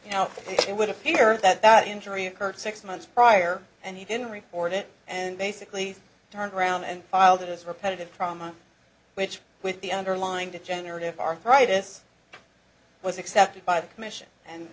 meniscus now it would appear that that injury occurred six months prior and he didn't report it and basically turned around and filed it as repetitive trauma which with the underlined generative arthritis was accepted by the commission and